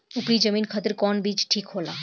उपरी जमीन खातिर कौन बीज ठीक होला?